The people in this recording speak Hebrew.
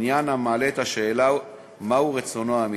עניין המעלה את השאלה מהו רצונו האמיתי.